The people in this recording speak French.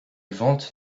ventes